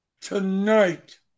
tonight